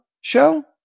show